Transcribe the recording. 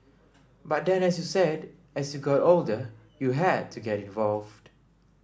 but then as you said as you got older you had to get involved